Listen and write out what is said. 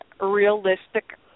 realistic